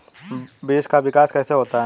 बीज का विकास कैसे होता है?